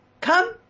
come